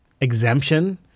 Exemption